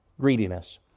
Greediness